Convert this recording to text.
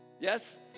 Yes